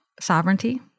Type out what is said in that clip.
sovereignty